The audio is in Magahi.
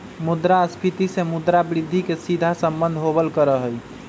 मुद्रास्फीती से मुद्रा वृद्धि के सीधा सम्बन्ध होबल करा हई